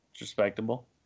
Respectable